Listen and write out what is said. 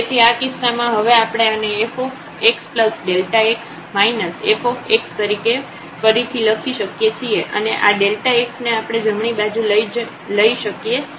તેથી આ કિસ્સામાં હવે આપણે આને fxΔx fx તરીકે ફરીથી લખી શકીએ છીએ અને આ x ને આપણે જમણી બાજુ લઈ શકીએ છીએ